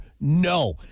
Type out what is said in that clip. No